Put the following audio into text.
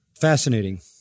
fascinating